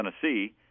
Tennessee